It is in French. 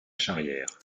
charrière